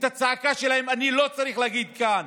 את הצעקה שלהם אני לא צריך להגיד כאן,